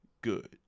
good